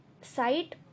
site